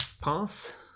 Pass